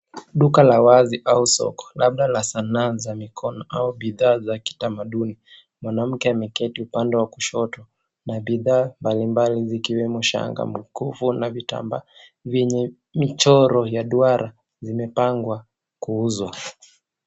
Duka la wazi au soko labda la sanaa za mikono au bidhaa za kitamaduni. Mwanamke ameketi upande wa kushoto na bidhaa mbalimbali zikiwemo shanga, mkufu na vitamba vyenye michoro ya duara imepangwa kuuzwa.